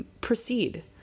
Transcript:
proceed